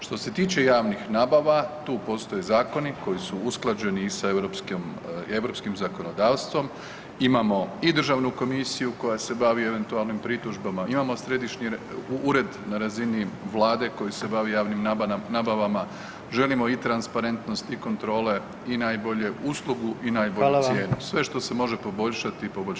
Što se tiče javnih nabava tu postoje zakone koji su usklađeni i sa europskim zakonodavstvom, imamo i državnu komisiju koja se bavi eventualnim pritužbama, imamo središnji ured na razini Vlade koji se bavi javnim nabavama, želimo i transparentnost i kontrole i najbolju uslugu i najbolju cijenu, sve što se može poboljšati poboljšavat ćemo.